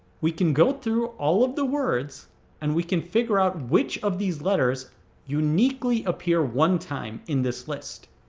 we can go through all of the words and we can figure out which of these letters uniquely appear one time in this list.